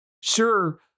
Sure